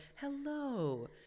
hello